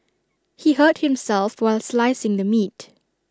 he hurt himself while slicing the meat